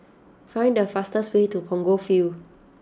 find the fastest way to Punggol Field